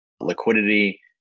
Liquidity